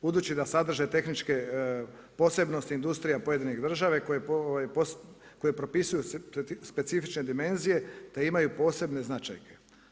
Budući da sadržaj tehničke posebnosti industrija pojedinih država, koje propisuju specifične dimenzije, te imaju posebne značajke.